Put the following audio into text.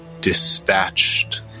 dispatched